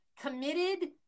Committed